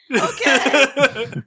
Okay